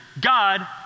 God